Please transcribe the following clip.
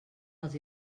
els